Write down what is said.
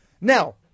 Now